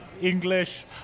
English